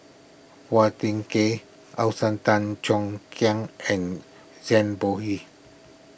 Phua Thin Kiay Tan Cheong Kheng and Zhang Bohe